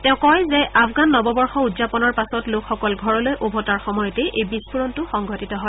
তেওঁ লগতে কয় যে আফগান নৱবৰ্ষ উদযাপনৰ পাছত লোকসকল ঘৰলৈ উভতাৰ সময়তেই এই বিস্ফোৰণটো সংঘটিত হয়